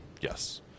Yes